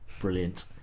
brilliant